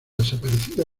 desaparecida